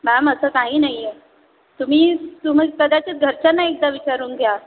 ma'am असं काही नाही आहे तुम्ही तुम कदाचित घरच्यांना एकदा विचारून घ्या